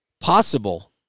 possible